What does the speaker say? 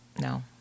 No